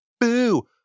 boo